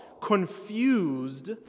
confused